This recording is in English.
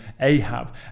Ahab